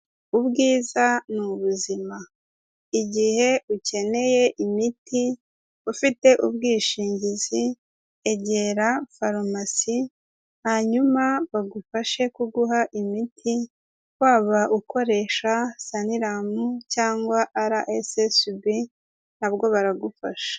Ubwiza ni ubuzima. Igihe ukeneye imiti ufite ubwishingizi egera farumasi hanyuma bagufashe kuguha imiti waba ukoresha sanlam cyangwa RSSB na bwo baragufasha.